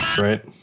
right